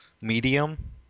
medium